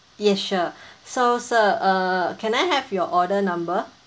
yeah sure so sir uh can I have your order number